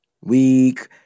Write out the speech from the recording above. Week